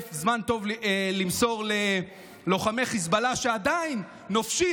זמן טוב למסור ללוחמי חיזבאללה שעדיין נופשים,